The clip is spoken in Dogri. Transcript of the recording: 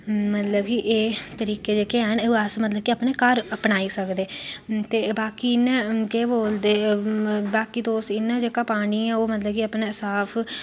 एह् तरीके कन्नै जेह्का पानी ऐ ओह् साफ होई जंदा मतलब के एह् तरीके अस घर बेहियै अपनाई सकदे